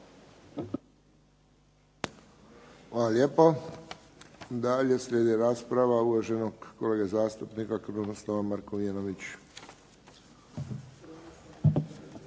Hvala lijepo. Dalje slijedi rasprava uvaženog kolege zastupnika Krunoslav Markovinović. Izvolite.